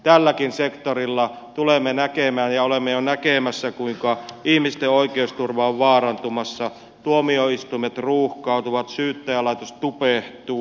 tälläkin sektorilla tulemme näkemään ja olemme jo näkemässä kuinka ihmisten oikeusturva on vaarantumassa tuomioistuimet ruuhkautuvat syyttäjälaitos tupehtuu